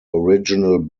original